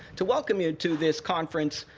to welcome you to this conference,